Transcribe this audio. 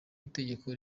itegeko